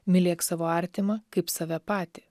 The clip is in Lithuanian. mylėk savo artimą kaip save patį